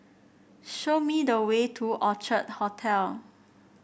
show me the way to Orchard Hotel